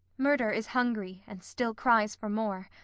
murder is hungry, and still cries for more,